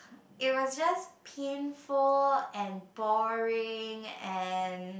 it was just painful and boring and